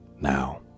Now